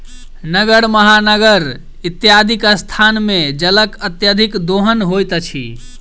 नगर, महानगर इत्यादिक स्थान मे जलक अत्यधिक दोहन होइत अछि